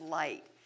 light